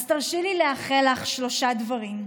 אז תרשי לי לאחל לך שלושה דברים: